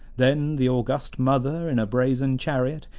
then the august mother, in a brazen chariot,